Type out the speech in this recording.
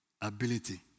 ability